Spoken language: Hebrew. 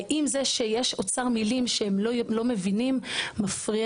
האם זה שיש אוצר מילים שהם לא מבינים מפריע